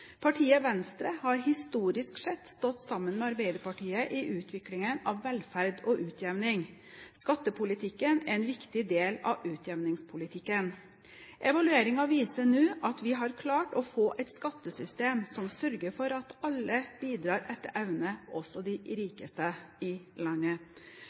Partiet Venstre har historisk sett stått sammen med Arbeiderpartiet i utviklingen av velferd og utjevning. Skattepolitikken er en viktig del av utjevningspolitikken. Evalueringen viser nå at vi har klart å få et skattesystem som sørger for at alle bidrar etter evne, også de rikeste i landet.